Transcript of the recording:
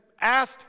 asked